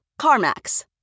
CarMax